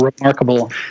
remarkable